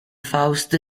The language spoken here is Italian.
faust